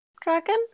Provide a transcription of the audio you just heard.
dragon